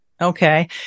Okay